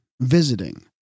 visiting